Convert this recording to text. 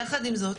יחד עם זאת,